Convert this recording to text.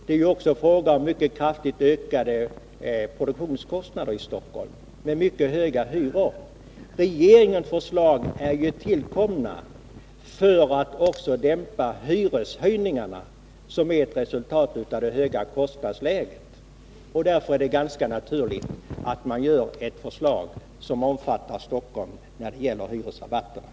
Det är ju också fråga om mycket kraftigt ökade produktionskostnader i Stockholm, med mycket höga hyror. Regeringens förslag är tillkomna för att också dämpa hyreshöjningarna som är ett resultat av det höga kostnadsläget. Därför är det ganska naturligt att man gör ett förslag som omfattar Stockholm när det gäller hyresrabatterna.